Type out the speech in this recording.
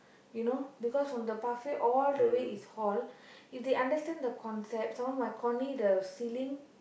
you know because from the pathway all the way is hall if they understand the concept someone might the ceiling